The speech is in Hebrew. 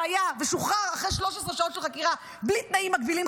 שהיה ושוחרר אחרי 13 שעות של חקירה בלי תנאים מגבילים,